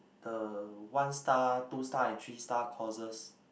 the one star two star and three star courses